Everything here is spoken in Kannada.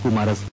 ಕುಮಾರಸ್ವಾಮಿ